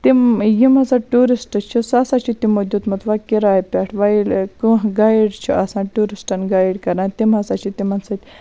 تِم یِم ہَسا ٹیورسٹ چھِ سُہ ہَسا چھ تِمو دیُتمُت وۄنۍ کِراے پٮ۪ٹھ وۄنۍ ییٚلہِ کانٛہہ گایِڈ چھُ آسان ٹیوٗرِسٹَن گایِڈ کَران تِم ہَسا چھِ تِمَن سۭتۍ